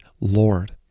Lord